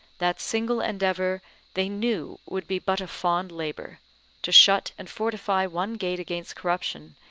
that single endeavour they knew would be but a fond labour to shut and fortify one gate against corruption,